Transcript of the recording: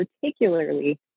particularly